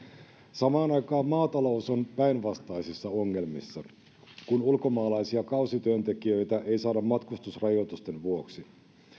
samaan aikaan maatalous on päinvastaisissa ongelmissa kun ulkomaalaisia kausityöntekijöitä ei saada matkustusrajoitusten vuoksi